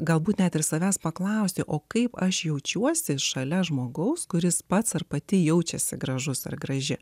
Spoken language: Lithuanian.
galbūt net ir savęs paklausti o kaip aš jaučiuosi šalia žmogaus kuris pats ar pati jaučiasi gražus ar graži